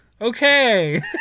Okay